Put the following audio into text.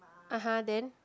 (uh huh) then